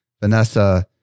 Vanessa